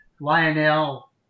Lionel